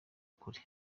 kure